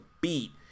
beat